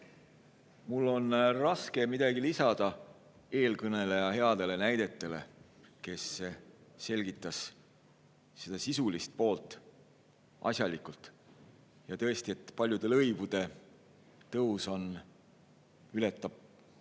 Mul on raske midagi lisada eelkõneleja headele näidetele, kes selgitas seda sisulist poolt asjalikult. Tõesti, paljude lõivude tõus ületab